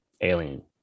Alien